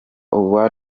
ubu